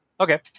Okay